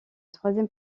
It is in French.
troisième